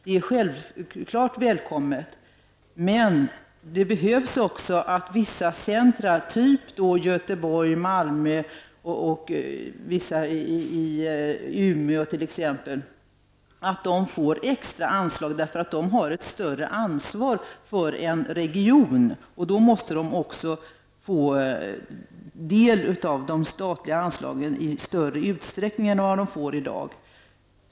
Det är självfallet välkommet, men det är också nödvändigt att vissa centra -- exempelvis Göteborg, Malmö och Umeå -- får extra anslag. De har nämligen ett större ansvar för en region, och de måste därför också få del av de statliga anslagen i större utsträckning än i dag.